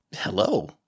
Hello